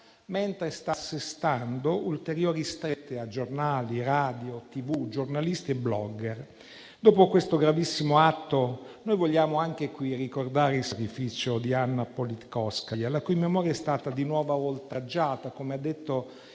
mentre sta assestando ulteriori strette a giornali, radio, TV, giornalisti e blogger. Dopo questo gravissimo atto, noi vogliamo anche in questa sede ricordare il sacrificio di Anna Politkovskaja, la cui memoria è stata di nuovo oltraggiata, come ha detto il